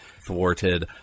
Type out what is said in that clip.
thwarted